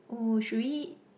oh should we